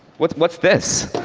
what's what's this?